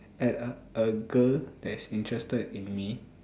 at uh a girl that is interested in me